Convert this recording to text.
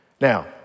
Now